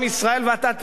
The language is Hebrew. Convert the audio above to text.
ואתה תהיה חלק מזה,